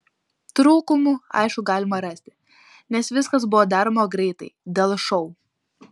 trūkumų aišku galima rasti nes viskas buvo daroma greitai dėl šou